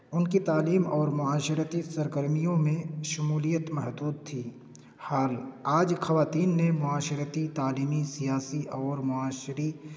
ان کی تعلیم اور معاشرتی سرگرمیوں میں شمولیت محدود تھی حال آج خواتین نے معاشرتی تعلیمی سیاسی اور معاشری